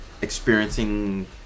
experiencing